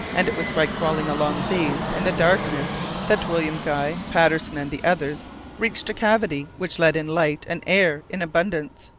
and it was by crawling along these in the darkness that william guy, patterson, and the others reached a cavity which let in light and air in abundance.